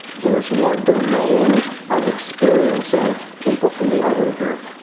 there's more domains of experiencing people from the other group.